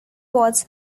was